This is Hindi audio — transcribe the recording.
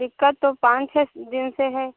दिक्कत तो पाँच छः दिन से है